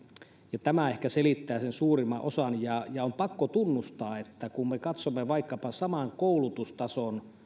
ja tämä ehkä selittää sen suurimman osan on pakko tunnustaa että kun me katsomme vaikkapa saman koulutustason